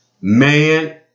Man